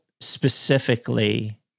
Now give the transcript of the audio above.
specifically